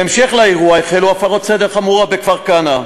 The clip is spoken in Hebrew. בהמשך לאירוע, החלו הפרות סדר חמורות בכפר-כנא,